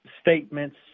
statements